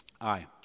Aye